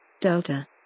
Delta